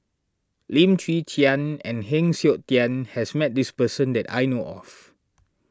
Lim Chwee Chian and Heng Siok Tian has met this person that I know of